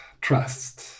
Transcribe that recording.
trust